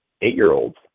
eight-year-olds